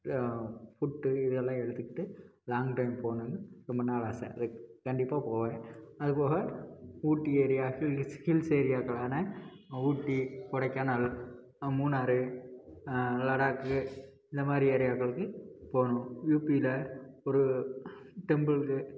food இது எல்லாம் எடுத்துக்கிட்டு லாங் ட்ரைவ் போகணுன்னு ரொம்ப நாள் ஆசை கண்டிப்பாக போவேன் அதுபோக ஊட்டி ஏரியா ஹில்ஸ் ஹில்ஸ் ஏரியாக்களான ஊட்டி கொடைக்கானல் மூணாறு லடாக்கு இந்த மாதிரி ஏரியாக்களுக்கு போகணும் யுபியில் ஒரு டெம்பிள் இது